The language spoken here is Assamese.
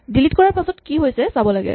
ডিলিট কৰাৰ পাছত কি হৈছে চাব লাগে